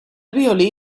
violí